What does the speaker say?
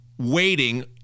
waiting